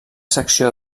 secció